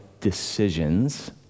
decisions